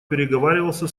переговаривался